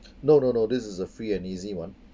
no no no this is a free and easy [one]